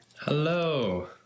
Hello